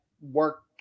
work